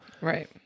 Right